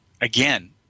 again